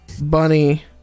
Bunny